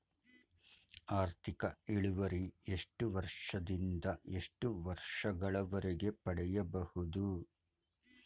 ಆರ್ಥಿಕ ಇಳುವರಿ ಎಷ್ಟು ವರ್ಷ ದಿಂದ ಎಷ್ಟು ವರ್ಷ ಗಳವರೆಗೆ ಪಡೆಯಬಹುದು?